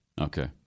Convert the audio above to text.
Okay